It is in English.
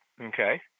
Okay